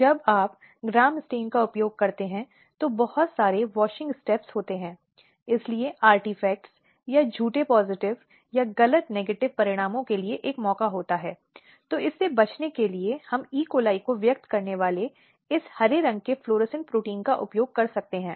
जैसे बहुत बार हमने सुना है कि हमें यौन उत्पीड़न के मामले में या यौन हमले के मामले में उसने पुरुष को उकसाया है उसने उस तरीके से कपड़े पहने हैं जो की उस आदमी को उकसा रहे थे